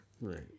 Right